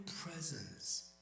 presence